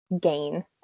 gain